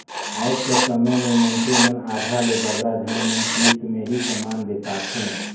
आएज कर समे में मइनसे मन आधा ले बगरा झन मन किस्त में ही समान बेसाथें